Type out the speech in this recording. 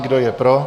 Kdo je pro?